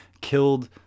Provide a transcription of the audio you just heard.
killed